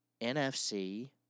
NFC